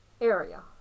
area